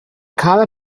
color